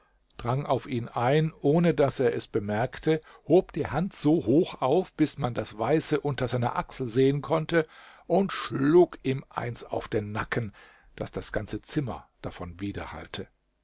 drang auf ihn ein ohne daß er es bemerkte hob die hand so hoch auf bis man das weiße unter seiner achsel sehen konnte und schlug ihm eins auf den nacken das das ganze zimmer davon